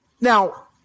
now